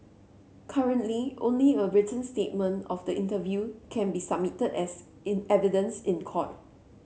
currently only a written statement of the interview can be submitted as evidence in court